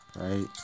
right